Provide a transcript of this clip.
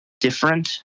different